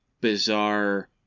bizarre